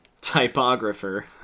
typographer